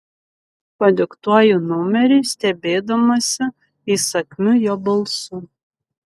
padiktuoju numerį stebėdamasi įsakmiu jo balsu